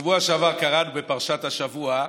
בשבוע שעבר קראנו בפרשת השבוע: